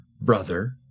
brother